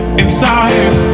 inside